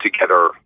together